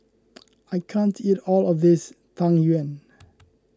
I can't eat all of this Tang Yuen